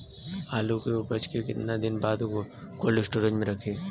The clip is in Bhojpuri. आलू के उपज के कितना दिन बाद कोल्ड स्टोरेज मे रखी?